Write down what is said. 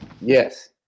yes